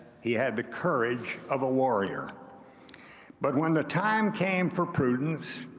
he had the courage of a warrior but when the time came for prudence,